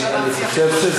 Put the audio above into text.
אי-אפשר להנציח,